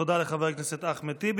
תודה רבה לחבר הכנסת אחמד טיבי.